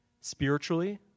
spiritually